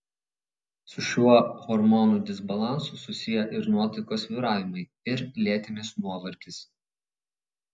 su šiuo hormonų disbalansu susiję ir nuotaikos svyravimai ir lėtinis nuovargis